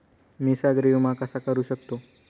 मी सागरी विमा कसा करू शकतो?